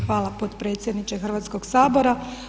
Hvala potpredsjedniče Hrvatskog sabora.